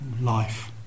life